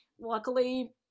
Luckily